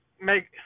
make